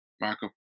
Marco